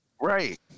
Right